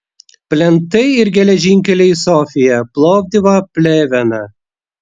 plentai ir geležinkeliai į sofiją plovdivą pleveną